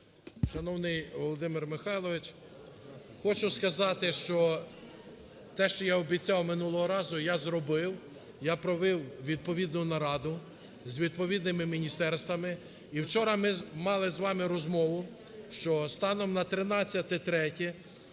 Шановний Володимире Михайловичу, хочу сказати, що те, що я обіцяв минулого разу, я зробив. Я провів відповідну нараду з відповідними міністерствами. І вчора ми мали з вами розмову, що станом на 13.03